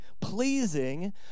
pleasing